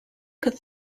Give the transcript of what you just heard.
could